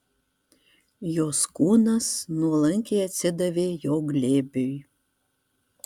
jos kūnas nuolankiai atsidavė jo glėbiui